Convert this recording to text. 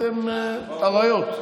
אתם אריות.